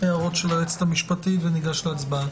הערות של היועצת המשפטית וניגש להצבעה.